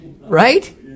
Right